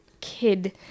Kid